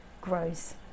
grows